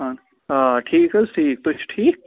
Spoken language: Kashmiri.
آ آ ٹھیٖکھ حَظ ٹھیٖک تُہۍ چھِو ٹھیٖکھ